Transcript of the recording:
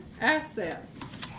assets